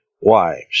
wives